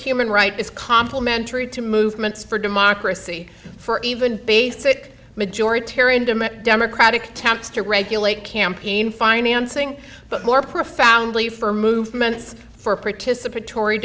human right is complimentary to movements for democracy for even basic majority democratic temps to regulate campaign financing but more profoundly for movements for participatory